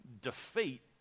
defeat